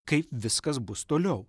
kaip viskas bus toliau